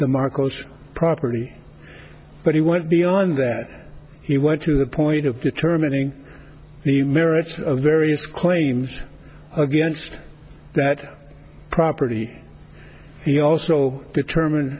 the marcos property but he went beyond that he went to the point of determining the merits of various claims against that property he also determine